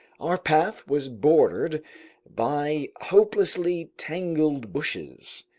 our path was bordered by hopelessly tangled bushes,